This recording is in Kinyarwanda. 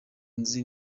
nzi